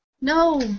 No